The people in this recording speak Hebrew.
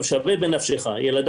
ילדי,